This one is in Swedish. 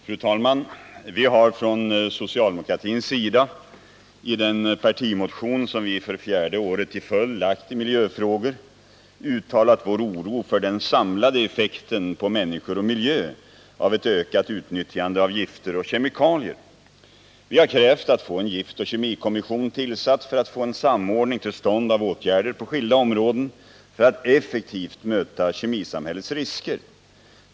Fru talman! Vi har från socialdemokratins sida i den partimotion som vi för fjärde året i följd väckt i miljöfrågor uttalat vår oro för den samlade effekten på människor och miljö av ett ökat utnyttjande av gifter och kemikalier. Vi har krävt att få en giftoch kemikommission tillsatt för att få en samordning till stånd av åtgärder på skilda områden i syfte att effektivt möta kemisamhällets risker.